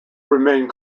remained